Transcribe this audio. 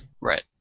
Right